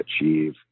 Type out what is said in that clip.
achieve